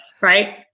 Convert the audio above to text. Right